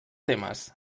temes